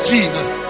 Jesus